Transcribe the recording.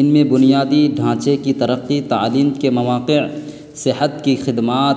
ان میں بنیادی ڈھانچے کی ترقی تعلیم کے مواقع صحت کی خدمات